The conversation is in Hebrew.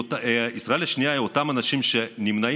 ישראל השנייה היא אותם אנשים שנמנעות